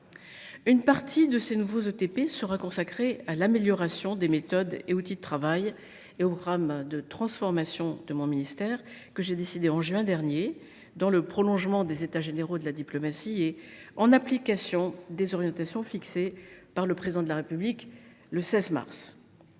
Une partie de ces nouveaux ETP sera consacrée à l’amélioration des méthodes et outils de travail, ainsi qu’au programme de transformation de mon ministère, que j’ai décidé en juin dernier, dans le prolongement des États généraux de la diplomatie et en application des orientations fixées par le Président de la République le 16 mars